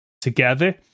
together